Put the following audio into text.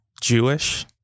Jewish